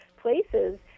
places